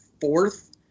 fourth